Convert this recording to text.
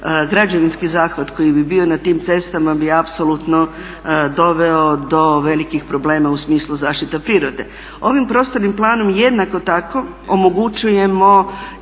građevinski zahvat koji bi bio na tim cestama bi apsolutno doveo do velikih problema u smislu zaštite prirode. Ovim prostornim planom jednako tako omogućujemo